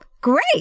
great